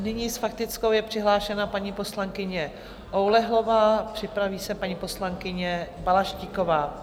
Nyní s faktickou je přihlášena paní poslankyně Oulehlová, připraví se paní poslankyně Balaštíková.